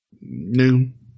Noon